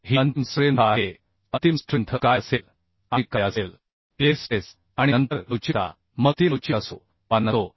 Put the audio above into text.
ही अंतिम स्ट्रेंथ आहे अंतिम स्ट्रेंथ काय असेल आणि काय असेल इल्ड स्ट्रेस आणि नंतर लवचिकता मग ती लवचिक असो वा नसो